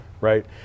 right